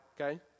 okay